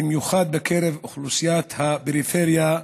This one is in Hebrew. במיוחד בקרב אוכלוסיית הפריפריה,